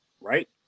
right